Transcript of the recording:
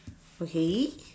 okay